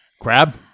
Crab